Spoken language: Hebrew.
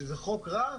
שזה חוק רע,